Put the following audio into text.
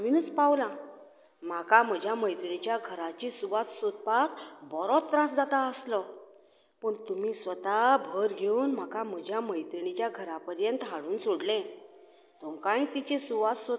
तेन्ना एक प्लेट पनीर मसालो सांगिल्लो ती ऑर्डर नाका आशिल्ली कृपा करून ती ऑर्डर मातशी रद्द करशात रद्द करुनूच बाकीचे पयशे परत करात देव बरें करूं